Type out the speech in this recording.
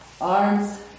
Arms